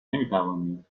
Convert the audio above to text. نمیتوانید